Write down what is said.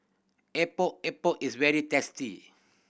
Epok Epok is very tasty